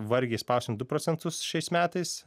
vargiai išspausim du procentus šiais metais